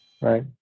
right